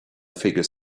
figure